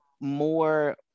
more